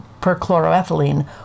perchloroethylene